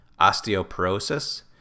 osteoporosis